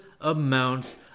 amounts